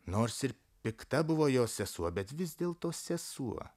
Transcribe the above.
nors ir pikta buvo jos sesuo bet vis dėlto sesuo